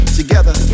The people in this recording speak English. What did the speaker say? together